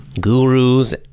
gurus